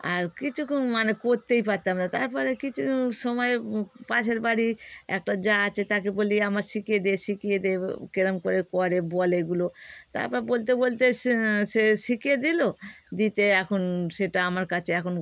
আর কিছুতেই মানে করতেই পারতাম না তারপরে কিছু সময়ে পাশের বাড়ি একটা জা আছে তাকে বলি আমায় শিখিয়ে দে শিখিয়ে দে কিরম করে করে বল এগুলো তারপর বলতে বলতে সে সে শিখিয়ে দিলো দিতে এখন সেটা আমার কাছে এখন